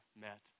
met